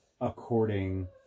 according